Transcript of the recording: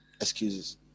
Excuses